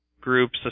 groups